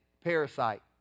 Parasite